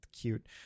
cute